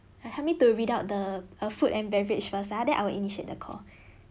help me to read out the err food and beverage first ah then I will initiate the call